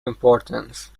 importance